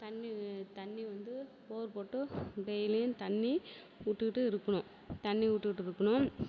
தண்ணி தண்ணி வந்து போர் போட்டு டெய்லியும் தண்ணி விட்டுட்டு இருக்கணும் தண்ணி விட்டுட்டு இருக்கணும்